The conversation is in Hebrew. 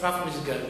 נשרף מסגד.